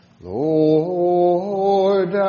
Lord